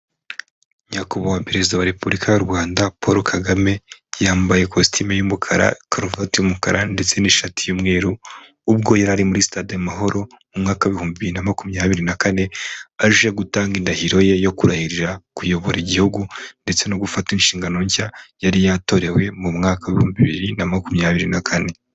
Nyakubahwa perezida wa Repubulika y'u Rwanda Paul Kagame, yambaye kositimu y'umukara, karuvati y'umukara ndetse n'ishati y'umweru, ubwo yari ari muri sitade Amahoro, mu mwaka w'ibihumbi bibiri na makumyabiri na kane aje gutanga indahiro ye, yo kurahirira kuyobora igihugu ndetse no gufata inshingano nshya yari yatorewe, mu mwaka w'ibihumbi bibiri na makumyabiri na kane.